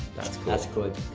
that's good,